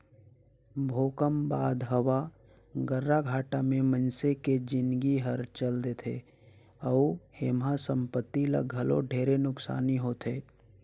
भूकंप बाद हवा गर्राघाटा मे मइनसे के जिनगी हर चल देथे अउ एम्हा संपति ल घलो ढेरे नुकसानी होथे